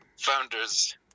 Founders